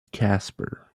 casper